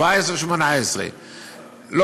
2017 2018 המתקרב ובא,